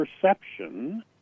perception